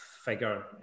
figure